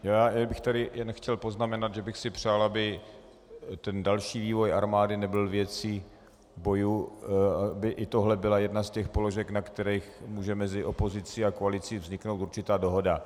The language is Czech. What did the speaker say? Chtěl bych tady jen poznamenat, že bych si přál, aby ten další vývoj armády nebyl věcí bojů, aby i tohle byla jedna z těch položek, na kterých může mezi opozicí a koalicí vzniknout určitá dohoda.